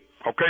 Okay